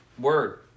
Word